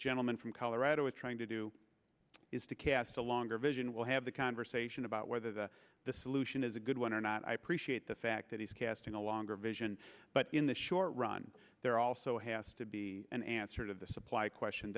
gentleman from colorado is trying to do is to cast a longer vision will have the conversation about whether the the solution is a good one or not i appreciate the fact that he's casting a longer vision but in the short run there also has to be an answer to the supply question